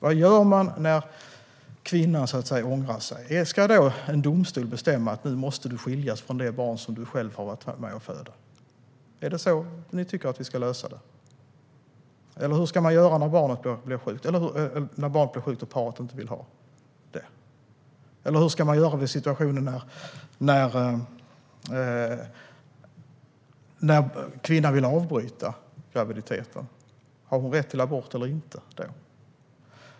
Vad gör man när kvinnan ångrar sig? Ska en domstol bestämma att hon måste skiljas från det barn hon fött? Är det så vi ska lösa det? Hur ska man göra när barnet blir sjukt och paret inte vill ha det? Hur ska man göra när kvinnan vill avbryta graviditeten? Har hon rätt till abort eller inte?